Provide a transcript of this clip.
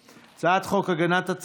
16, אין מתנגדים.